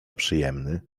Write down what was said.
przyjemny